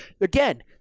again